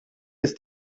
ist